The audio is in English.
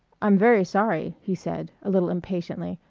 i'm very sorry, he said, a little impatiently.